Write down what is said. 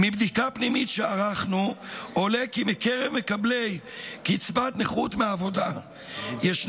מבדיקה פנימית שערכנו עולה כי מקרב מקבלי קצבת נכות מעבודה ישנה